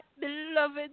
beloved